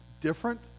different